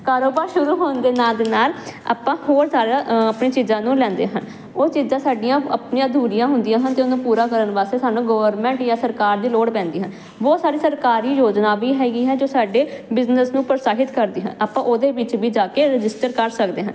ਕਾਰੋਬਾਰ ਸ਼ੁਰੂ ਹੋਣ ਦੇ ਨਾਲ ਦੇ ਨਾਲ ਆਪਾਂ ਹੋਰ ਸਾਰਾ ਆਪਣੀਆਂ ਚੀਜ਼ਾਂ ਨੂੰ ਲੈਂਦੇ ਹਨ ਉਹ ਚੀਜ਼ਾਂ ਸਾਡੀਆਂ ਆਪਣੀਆਂ ਅਧੂਰੀਆਂ ਹੁੰਦੀਆਂ ਹਨ ਤੇ ਉਹਨੂੰ ਪੂਰਾ ਕਰਨ ਵਾਸਤੇ ਸਾਨੂੰ ਗਵਰਮੈਂਟ ਜਾਂ ਸਰਕਾਰ ਦੀ ਲੋੜ ਪੈਂਦੀ ਹੈ ਬਹੁਤ ਸਾਰੀ ਸਰਕਾਰੀ ਯੋਜਨਾ ਵੀ ਹੈਗੀ ਹੈ ਜੋ ਸਾਡੇ ਬਿਜਨਸ ਨੂੰ ਪਰਸਾਹਿਤ ਕਰਦੇ ਹਨ ਆਪਾਂ ਉਹਦੇ ਵਿੱਚ ਵੀ ਜਾ ਕੇ ਰਜਿਸਟਰ ਕਰ ਸਕਦੇ ਹਾਂ